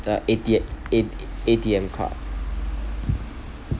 uh A_T~ A~ A_T_M card